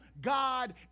God